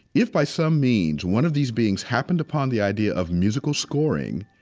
if by some means, one of these beings happened upon the idea of musical scoring,